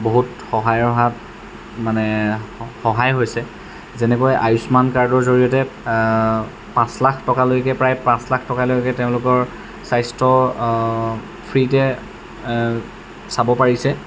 বহুত সহায়ৰ হাত মানে সহায় হৈছে যেনেকৈ আয়ুস্মান কাৰ্ডৰ জৰিয়তে পাঁচ লাখ টকালৈকে প্ৰায় পাঁচ লাখ টকালৈকে তেওঁলোকৰ স্বাস্থ্য ফ্ৰীতে চাব পাৰিছে